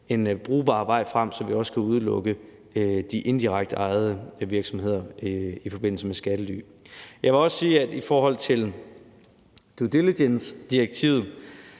en brugbar vej frem, så vi også kan udelukke de indirekte ejede virksomheder i forbindelse med skattely. Jeg vil også sige noget i forhold til due diligence-direktivet,